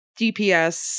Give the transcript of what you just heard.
DPS